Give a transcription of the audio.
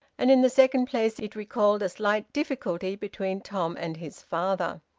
and in the second place it recalled a slight difficulty between tom and his father.